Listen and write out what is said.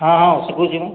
ହଁ ହଁ ଶିଖଉଛି ମୁଁ